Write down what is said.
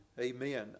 amen